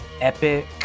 epic